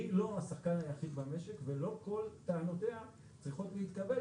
היא לא השחקן היחיד במשק ולא כל טענותיה צריכות להתקבל,